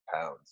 pounds